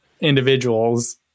individuals